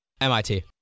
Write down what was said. MIT